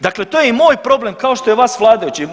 Dakle to je i moj problem kao što je vaš vladajućih.